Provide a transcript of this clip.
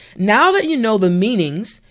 now that you know the meanings,